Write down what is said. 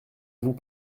vous